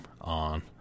on